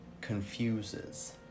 confuses